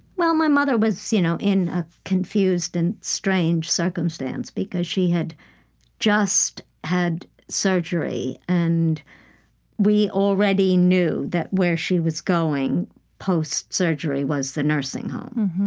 well, my mother was you know in a confused and strange circumstance because she had just had surgery, and we already knew that where she was going post-surgery was the nursing home.